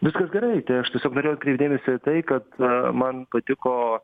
viskas gerai tai aš tiesiog norėjau atkreipt dėmesį į tai kad man patiko